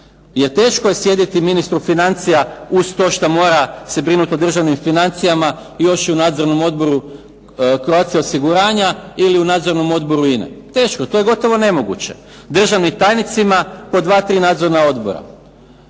jer teško je sjediti ministru financija uz to što mora se brinuti o državnim financijama još i u Nadzornom odboru "Croatia osiguranja" ili u Nadzornom odboru "INE". Teško, to je gotovo nemoguće. Državnim tajnicima po 2, 3 nadzorna odbora.